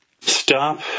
stop